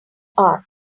art